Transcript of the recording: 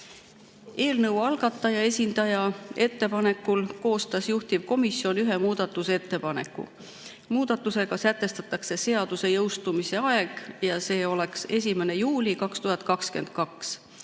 Eelnõu algataja esindaja ettepanekul koostas juhtivkomisjon ühe muudatusettepaneku. Selle muudatusega sätestatakse seaduse jõustumise aeg ja see oleks 1. juuli 2022.